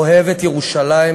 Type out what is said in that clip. אוהב את ירושלים,